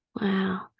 Wow